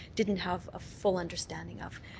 didn't have a full understanding of.